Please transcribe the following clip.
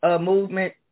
Movement